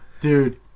Dude